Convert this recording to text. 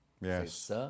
Yes